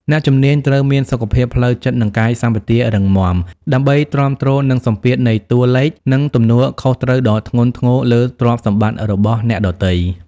អ្នកជំនាញត្រូវមានសុខភាពផ្លូវចិត្ត និងកាយសម្បទារឹងមាំ ដើម្បីទ្រាំទ្រនឹងសម្ពាធនៃតួលេខ និងទំនួលខុសត្រូវដ៏ធ្ងន់ធ្ងរលើទ្រព្យសម្បត្តិរបស់អ្នកដទៃ។